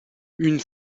une